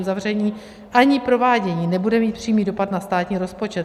Její uzavření ani provádění nebude mít přímý dopad na státní rozpočet.